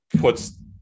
puts